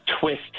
twist